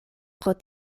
pro